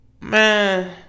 Man